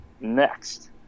Next